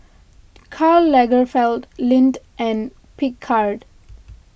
Karl Lagerfeld Lindt and Picard